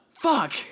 Fuck